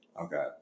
Okay